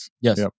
Yes